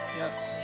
yes